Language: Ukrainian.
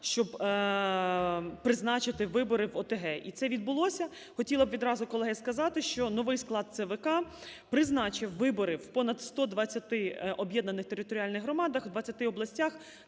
щоб призначити вибори в ОТГ. І це відбулося. Хотіла б відразу, колеги, сказати, що новий склад ЦВК призначив вибори в понад 120 об'єднаних територіальних громадах, 20 областях